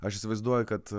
aš įsivaizduoju kad